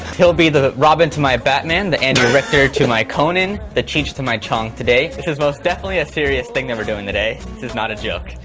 he'll be the robin to my batman, the andy richter to my conan, the cheech to my chong today. it's most definitely a serious thing that we're doing today. this is not a joke.